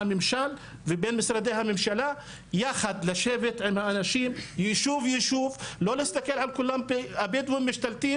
מקומיות בכל יישוב ערבי בדואי בנגב,